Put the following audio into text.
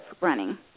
running